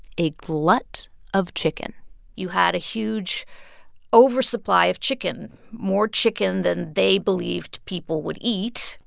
a glut of chicken you had a huge oversupply of chicken, more chicken than they believed people would eat.